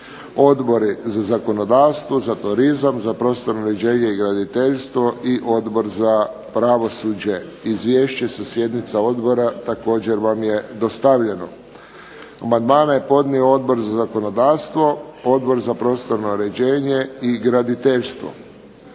Odbori za zakonodavstvo, za turizam, za prostorno uređenje i graditeljstvo i Odbor za pravosuđe. Izvješće sa sjednica odbora također vam je dostavljeno. Amandmane je podnio Odbor za zakonodavstvo, Odbor za prostorno uređenje i graditeljstvo.